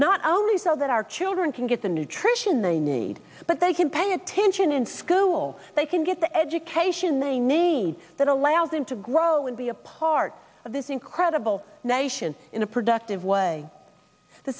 not only so that our children can get the nutrition they need but they can pay attention in school they can get the education they need that allows him to grow and be a part of this incredible nation in a productive way the